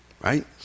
Right